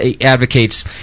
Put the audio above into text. advocates